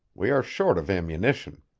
we are short of ammunition.